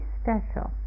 special